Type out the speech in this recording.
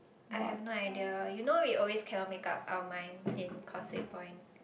I have no idea you know we always cannot make up out mind in Causeway-Point